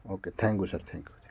okay thank you sir